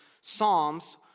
psalms